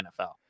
NFL